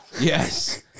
yes